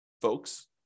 folks